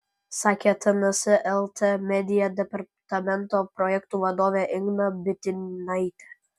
sakė tns lt media departamento projektų vadovė inga bitinaitė